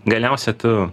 galiausia tu